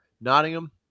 Nottingham